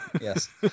yes